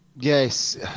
Yes